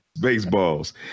Baseballs